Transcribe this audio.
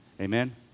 Amen